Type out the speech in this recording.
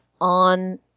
on